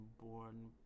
born